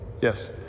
Yes